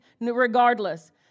regardless